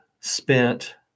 spent